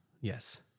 Yes